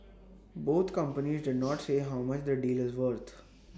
both companies did not say how much the deal is weren't